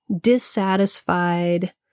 dissatisfied